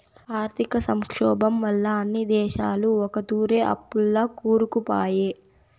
ఆర్థిక సంక్షోబం వల్ల అన్ని దేశాలు ఒకతూరే అప్పుల్ల కూరుకుపాయే